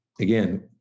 again